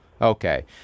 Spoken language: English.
Okay